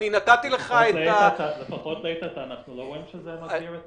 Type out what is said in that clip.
אני נתתי לך --- לפחות לעת עתה אנחנו לא רואים שזה מגביר את